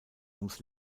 ums